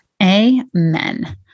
Amen